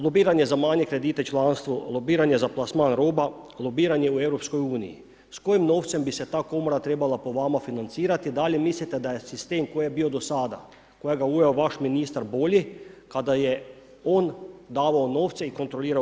Lobiranje za manje kredite članstva, lobiranje za plasman roba, lobiranje u EU, s kojim novcem bi se ta Komora trebala po vama financirati, da li mislite da li je sistem koji je bio do sada, kojega je uveo vaš ministar bolji, kada je on davao novce i kontrolirao